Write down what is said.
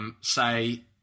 say